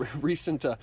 recent